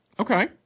Okay